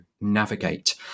navigate